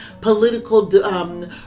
Political